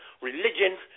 religion